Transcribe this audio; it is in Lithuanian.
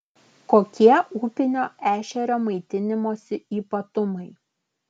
kokie upinio ešerio maitinimosi ypatumai